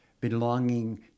belonging